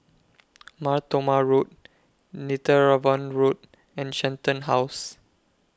Mar Thoma Road Netheravon Road and Shenton House